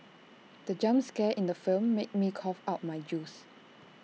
the jump scare in the film made me cough out my juice